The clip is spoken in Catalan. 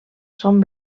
són